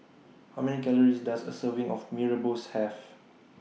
How Many Calories Does A Serving of Mee Rebus Have